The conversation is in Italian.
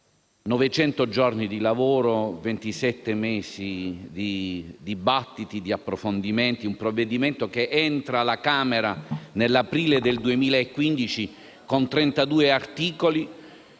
giorni di lavoro, ventisette mesi di dibattiti e di approfondimenti, un provvedimento entrato alla Camera nell'aprile del 2015 con 32 articoli,